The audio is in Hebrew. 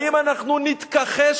האם אנחנו נתכחש?